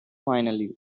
finally